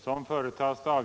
Onsdagen den